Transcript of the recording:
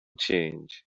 change